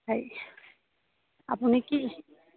হেৰি আপুনি কি